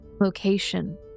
location